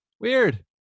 Weird